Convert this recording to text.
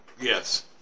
Yes